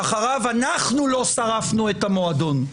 שאחריו אנחנו לא שרפנו את המועדון,